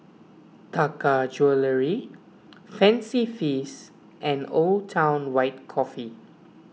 Taka Jewelry Fancy Feast and Old Town White Coffee